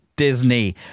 Disney